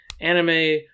anime